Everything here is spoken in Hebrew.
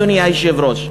אדוני היושב-ראש.